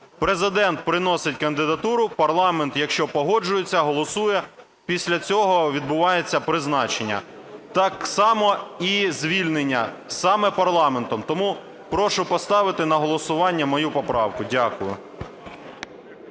Президент вносить кандидатуру, парламент, якщо погоджується, голосує, після цього відбувається призначення. Так само і звільнення – саме парламентом. Тому прошу поставити на голосування мою поправку. Дякую.